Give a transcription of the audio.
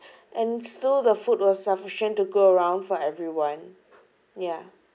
and still the food was sufficient to go around for everyone yeah